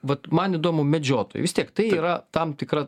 vat man įdomu medžiotojai vis tiek tai yra tam tikra